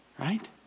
right